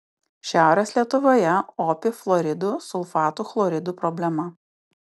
šiaurės lietuvoje opi fluoridų sulfatų chloridų problema